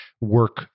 work